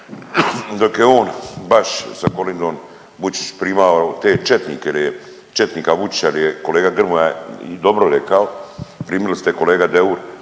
dok je on baš sa Kolindom Vučić primao te četnike jer četnika Vučića jer je kolega Grmoja dobro rekao. Primili ste kolega Deur